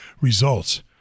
Results